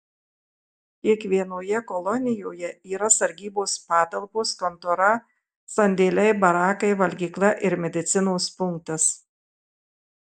kiekvienoje kolonijoje yra sargybos patalpos kontora sandėliai barakai valgykla ir medicinos punktas